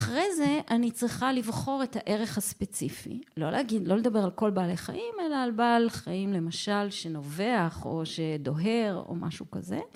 אחרי זה, אני צריכה לבחור את הערך הספציפי. לא להגיד... לא לדבר על כל בעלי חיים, אלא על בעל חיים למשל שנובח או שדוהר או משהו כזה...